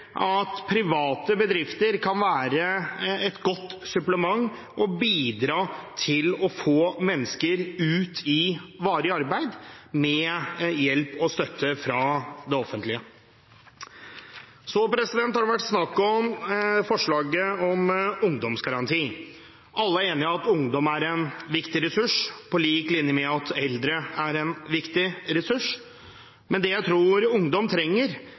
at private bedrifter kan være et godt supplement, og kan bidra til å få mennesker ut i varig arbeid, med hjelp og støtte fra det offentlige. Så har det vært snakk om forslaget om ungdomsgaranti. Alle er enige om at ungdom er en viktig ressurs, på lik linje med at eldre er en viktig ressurs. Men det jeg tror ungdom trenger,